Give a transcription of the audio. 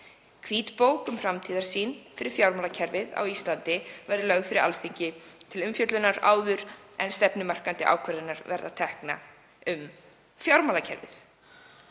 Hvítbók um framtíðarsýn fyrir fjármálakerfið á Íslandi verður lögð fyrir Alþingi til umfjöllunar áður en stefnumarkandi ákvarðanir verða teknar um fjármálakerfið.“